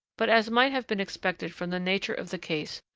but, as might have been expected from the nature of the case,